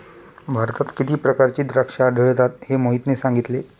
भारतात किती प्रकारची द्राक्षे आढळतात हे मोहितने सांगितले